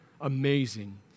amazing